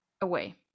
away